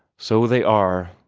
so they are!